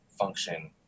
function